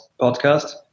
podcast